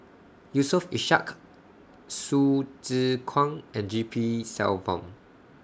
Yusof Ishak Hsu Tse Kwang and G P Selvam